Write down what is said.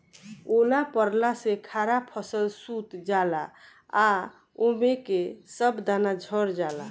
ओला पड़ला से खड़ा फसल सूत जाला आ ओमे के सब दाना झड़ जाला